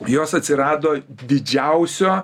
jos atsirado didžiausio